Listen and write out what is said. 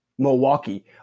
milwaukee